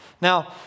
Now